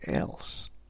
else